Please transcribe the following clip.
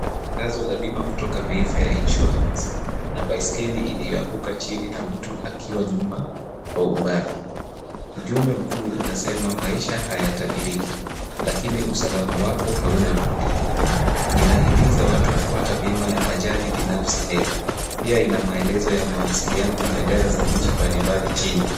Tangazo la bima kutoka mayfair insuarance. Kuna baskeli iliyoanguka chini na mtu akiwa nyuma kwa umbali. Ujumbe mkuu unasema maisha hayatabiriki lakini usalama wako hauna budi. Inahimiza watu kupata bima ya ajali binafsi leo. Pia inamaelezo ya mawasiliano na bendera za nchi mbalimbali chini.